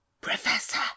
Professor